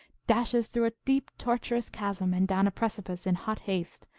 dashes through a deep tortuous chasm and down a precipice in hot haste,